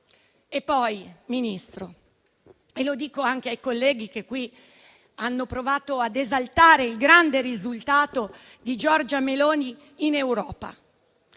le ONG. Mi rivolgo anche ai colleghi che qui hanno provato a esaltare il grande risultato di Giorgia Meloni in Europa: